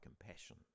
compassion